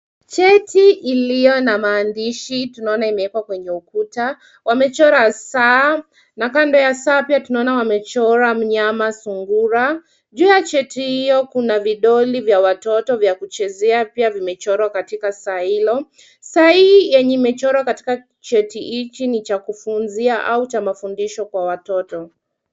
Cheti iliyo na maandishi tunaona imeekwa kwenye ukuta; wamechora saa, na kando ya saa pia tunaona wamechora mnyama sungura. Juu ya cheti hiyo kuna vidoli vya watoto vya kuchezea pia vimechorwa katika saa hilo. Saa hii yenye imechorwa katika cheti hiki ni cha kufunzia ama cha mafundisho kwa watoto.